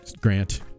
Grant